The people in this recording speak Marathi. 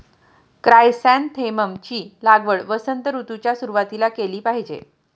क्रायसॅन्थेमम ची लागवड वसंत ऋतूच्या सुरुवातीला केली पाहिजे